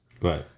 right